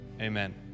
Amen